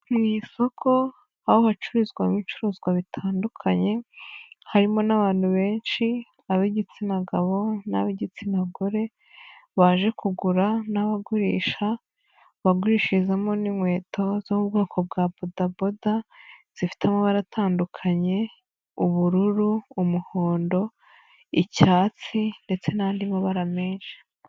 Mu isoko aho hacururizwa ibicuruzwa bitandukanye harimo n'abantu benshi ab'igitsina gabo n'ab'igitsina gore, baje kugurasha, bagurisha inkweto zo mu bwoko bwa podaboda zifite amabara atandukanye, ubururu, umuhondo, icyatsi ndetse n'andi mabara menshi.